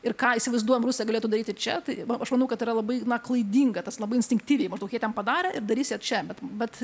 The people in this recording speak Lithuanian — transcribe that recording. ir ką įsivaizduojam rusija galėtų daryti čia tai aš manau kad yra labai klaidinga tas labai instinktyviai maždaug jie ten padarė ir darys ir čia bet bet